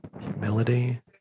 Humility